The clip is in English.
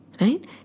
right